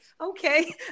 okay